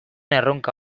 erronka